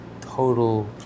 Total